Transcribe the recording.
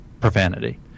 profanity